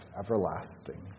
everlasting